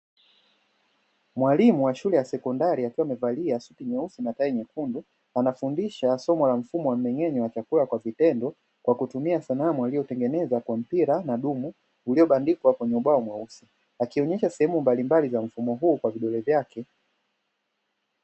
Mwalimu wa shule ya sekondari akiwa amevalia suti nyeusi na tai nyekundu, anafundisha somo la mfumo wa mmeng’enyo wa chakula kwa vitendo, kwa kutumia sanamu aliyotengeneza kwa kutumia mpira na dumu, liliyobandikwa kwenye ubao mweusi, akionyesha sehemu mbalimbali za mfumo huu kwa vidole vyake.